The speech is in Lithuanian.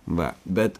va bet